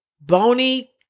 bony